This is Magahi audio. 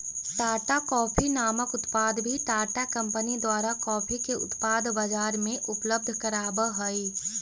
टाटा कॉफी नामक उत्पाद भी टाटा कंपनी द्वारा कॉफी के उत्पाद बजार में उपलब्ध कराब हई